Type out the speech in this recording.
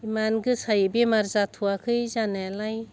इमान गोसायै बेमार जाथ'आखै जनायालाय